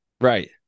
Right